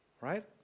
right